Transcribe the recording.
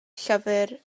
llyfr